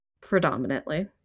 predominantly